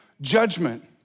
judgment